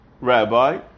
rabbi